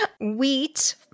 Wheat